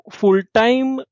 full-time